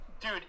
dude